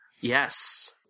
yes